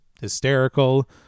hysterical